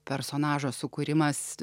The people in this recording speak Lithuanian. personažo sukūrimas